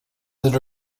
that